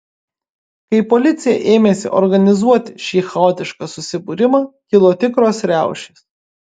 kai policija ėmėsi organizuoti šį chaotišką susibūrimą kilo tikros riaušės